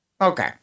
Okay